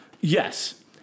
Yes